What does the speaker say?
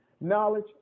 knowledge